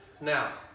Now